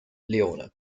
leone